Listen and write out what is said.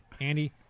Andy